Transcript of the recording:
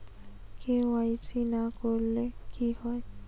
KYC না করলে কি হয়?